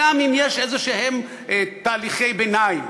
גם אם יש איזה תהליכי ביניים,